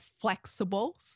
flexible